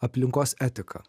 aplinkos etika